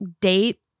date